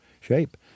shape